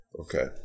okay